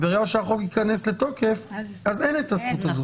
וברגע שהחוק ייכנס לתוקף אז אין את הזכות הזאת.